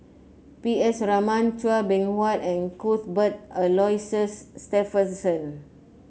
P S Raman Chua Beng Huat and Cuthbert Aloysius Shepherdson